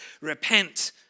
repent